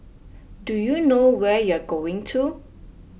do you know where you're going to